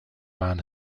man